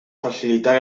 facilitar